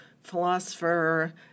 philosopher